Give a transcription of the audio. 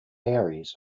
aires